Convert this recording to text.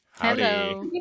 hello